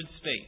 state